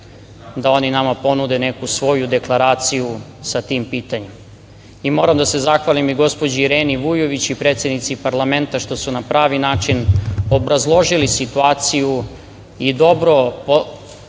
da oni nama ponude neku svoju deklaraciju sa tim pitanjem. Moram da se zahvalim i gospođi Ireni Vujović i predsednici parlamenta što su na pravi način obrazložile situaciju i dobro